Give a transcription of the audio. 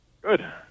Good